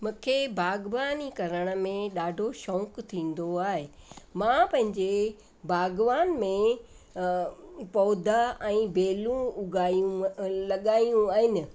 मूंखे बाग़बानी करण में ॾाढो शौक़ु थींदो आहे मां पंहिंजे बाग़बान में पौधा ऐं बेलू उगायूं लगायूं आहिनि